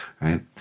Right